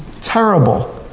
terrible